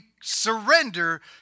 surrender